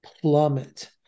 plummet